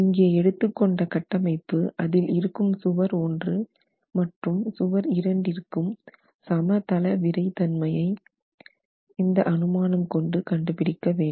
இங்கே எடுத்துக் கொண்ட கட்டமைப்பு அதில் இருக்கும் சுவர் 1 மற்றும் சுவர் 2 இரண்டிற்கும் சமதள விறைத்தன்மையை இந்த அனுமானம் கொண்டு கண்டுபிடிக்க வேண்டும்